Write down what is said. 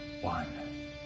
one